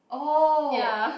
ya